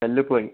തല്ലുപോയി